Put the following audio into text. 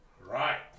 right